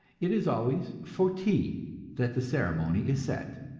it is always for tea that the ceremony is set,